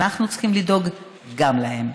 אנחנו צריכים לדאוג גם להם.